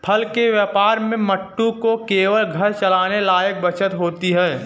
फल के व्यापार में मंटू को केवल घर चलाने लायक बचत होती है